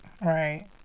Right